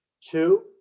Two